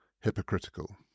hypocritical